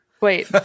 Wait